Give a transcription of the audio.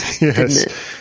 Yes